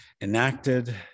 enacted